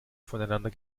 voneinander